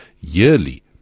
yearly